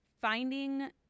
finding